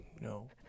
No